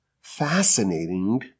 fascinating